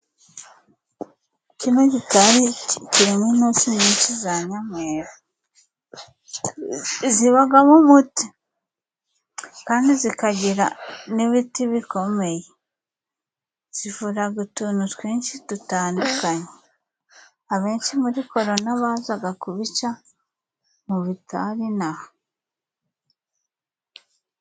Kino gitari kirimo intusi nyinshi za nyamweru, zibagamo umuti kandi zikagira n'ibiti bikomeye, zivuraga utuntu twinshi dutandukanye abenshi muri korona bazaga kubica mu bitari inaha.